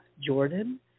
Jordan